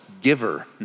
giver